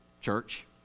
church